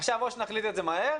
עכשיו, או שנחליט את זה מהר,